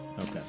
Okay